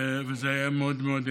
וזה היה מאוד מאוד יפה.